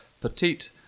petite